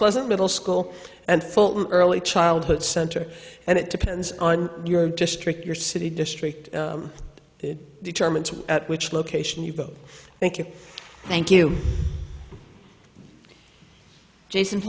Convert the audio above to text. pleasant middle school and full early childhood center and it depends on your district your city district determines at which location you go thank you thank you jason